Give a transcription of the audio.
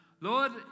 Lord